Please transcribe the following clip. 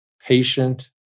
patient